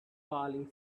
falling